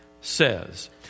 says